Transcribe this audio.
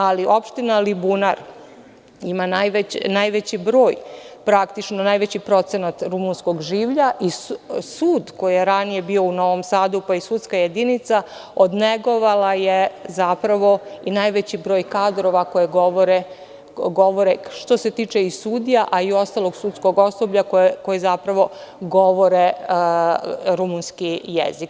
Ali, opština Alibunar ima najveći broj, praktično najveći procenat rumunskog življa i sud koji je ranije bio u Novom Sadu, pa i sudska jedinica odnegovala je zapravo i najveći broj kadrova koji govore, što se tiče sudija, a i ostalog sudskog osoblja, rumunski jezik.